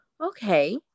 Okay